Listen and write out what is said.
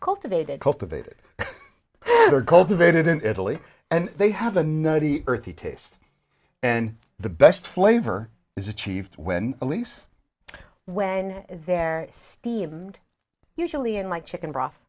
cultivated cultivated or cultivated in italy and they have a ninety earthy taste and the best flavor is achieved when elise when they're steamed usually and like chicken broth